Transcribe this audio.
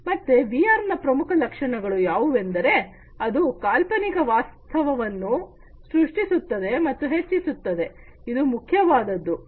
ಮತ್ತೆ ವಿಆರ್ ನ ಪ್ರಮುಖ ಲಕ್ಷಣಗಳು ಯಾವುವೆಂದರೆ ಅದು ಕಾಲ್ಪನಿಕ ವಾಸ್ತವವನ್ನು ಸೃಷ್ಟಿಸುತ್ತದೆ ಮತ್ತು ಹೆಚ್ಚಿಸುತ್ತದೆ ಇದು ಬಹುಮುಖ್ಯವಾದದ್ದು